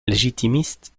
légitimiste